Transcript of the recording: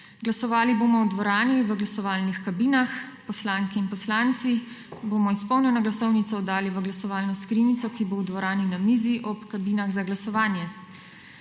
Glasovali bomo v dvorani, v glasovalnih kabinah. Poslanke in poslanci bomo izpolnjeno glasovnico oddali v glasovalno skrinjico, ki bo v dvorani na mizi ob kabinah za glasovanje.